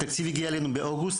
התקציב הגיע אלינו באוגוסט,